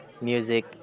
music